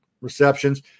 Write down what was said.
receptions